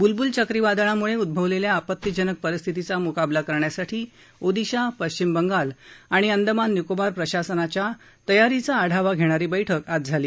ब्लब्ल चक्रीवादळाम्ळे उद्भवलेल्या आपतीजनक परिस्थितीचा म्काबला करण्यासाठी ओदिशा पश्चिम बंगाल आणि अंदमान निकोबार प्रशासनाच्या तयारीचा आढावा घेणारी बैठक आज झाली